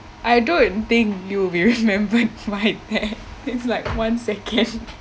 I don't think you'll remember why that it's like one second